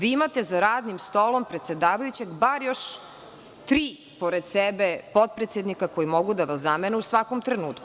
Vi imate za radnim stolom predsedavajućeg bar još tri, pored sebe, potpredsednika koji mogu da vas zamene u svakom trenutku.